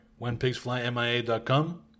WhenPigsFlyMIA.com